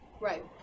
Right